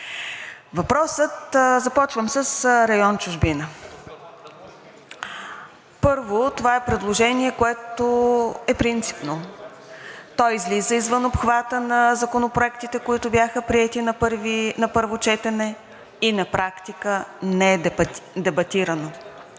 процес. Започвам с район „Чужбина“. Първо, това е предложение, което е принципно, и то излиза извън обхвата на законопроектите, които бяха приети на първо четене, и на практика не е дебатирано.